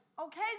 Okay